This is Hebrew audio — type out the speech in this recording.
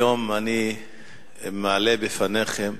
היום אני מעלה בפניכם,